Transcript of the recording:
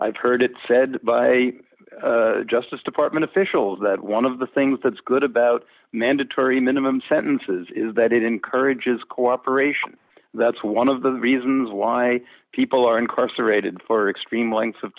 i've heard it said by justice department officials that one of the things that is good about mandatory minimum sentences is that it encourages cooperation that's one of the reasons why people are incarcerated for extreme lengths of